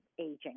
aging